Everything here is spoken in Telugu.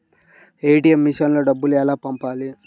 ఏ.టీ.ఎం మెషిన్లో డబ్బులు ఎలా పంపాలి?